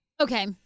Okay